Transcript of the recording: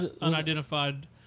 Unidentified